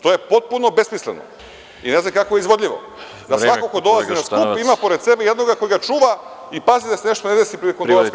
To je potpuno besmisleno i ne znam kako je izvodljivo, da svako ko dolazi na skup ima pored sebe jednog ko ga čuva i pazi da se nešto ne desi prilikom dolaska